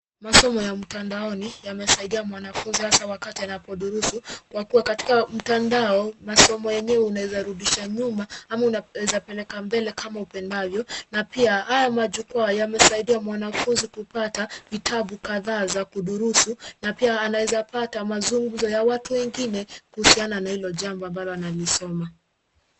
Masomo ya mtandaoni yamesaidia mwanafunzi hasa wakati anapodurusu kwa kuwa katika mtandao, masomo yenyewe unaeza rudisha nyuma ama unaeza peleka mbele kama upendavyo na pia haya majukwaa yamesaidia mwanafuzi kupata vitabu kadhaa za kudurusu na pia anaeza pata mazungumzo ya watu wengine kuhisiana na hili jambo ambalo analisoma.